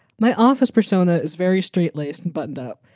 my office persona is very straight laced and buttoned up,